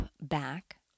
back